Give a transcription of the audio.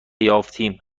یافتیم